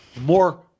more